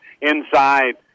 inside